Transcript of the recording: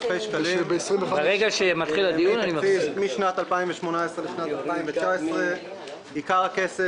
שקלים משנת 2018 לשנת 2019. עיקר הכסף,